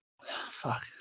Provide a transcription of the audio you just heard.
Fuck